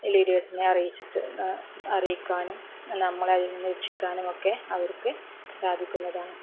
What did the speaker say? ലീഡേഴ്സിനെ അറിയിച്ചിട്ട് അറിയിക്കുവാനും നമ്മളെ അതിൽ നിന്ന് രക്ഷിക്കാനുമൊക്കെ അവർക്ക് സാധിക്കുന്നതാണ്